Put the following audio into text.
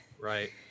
Right